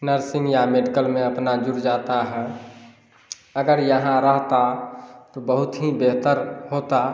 nursing या medical में अपना जुट जाता है अगर यहाँ रहता तो बहुत ही बेहतर होता